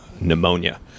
pneumonia